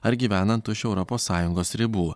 ar gyvenant už europos sąjungos ribų